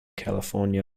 california